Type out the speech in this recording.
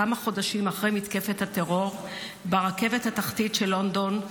כמה חודשים אחרי מתקפת הטרור ברכבת התחתית של לונדון,